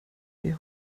der